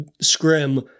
Scrim